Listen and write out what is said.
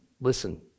listen